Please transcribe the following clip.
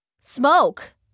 Smoke